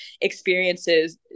experiences